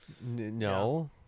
No